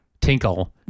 tinkle